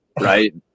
right